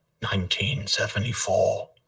1974